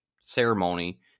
ceremony